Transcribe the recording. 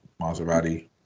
Maserati